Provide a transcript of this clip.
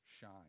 shine